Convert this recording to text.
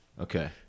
Okay